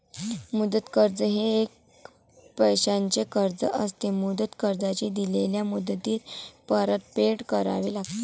मुदत कर्ज हे एक पैशाचे कर्ज असते, मुदत कर्जाची दिलेल्या मुदतीत परतफेड करावी लागते